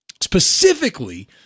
Specifically